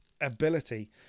ability